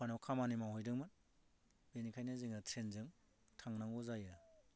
कमपानिआव खामानि मावहैदोंमोन बेनिखायनो जोङो ट्रेनजों थांनांगौ जायो